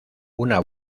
una